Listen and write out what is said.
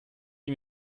ihm